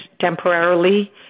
temporarily